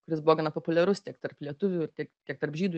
jis buvo gana populiarus tiek tarp lietuvių tiek kiek tarp žydų